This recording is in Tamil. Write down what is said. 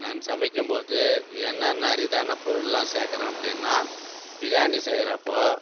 நான் சமைக்கும்போது என்னென்ன அரிதான பொருள்லாம் சேர்க்குறேன் அப்படீன்னா பிரியாணி செய்யறப்போ